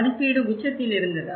மதிப்பீடு உச்சத்தில் இருந்தது